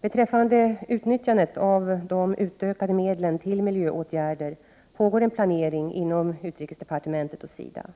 Beträffande utnyttjandet av de utökade medlen till miljöåtgärder pågår en planering på utrikesdepartementet och SIDA.